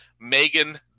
Megan